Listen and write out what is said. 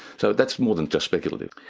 so that's more than just speculative.